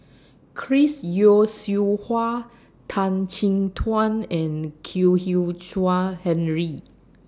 Chris Yeo Siew Hua Tan Chin Tuan and Kwek Hian Chuan Henry